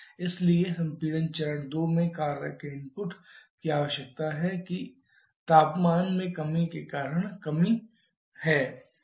इसलिए संपीड़न चरण 2 में कार्य के इनपुट की आवश्यकता है कि तापमान में कमी के कारण कमी है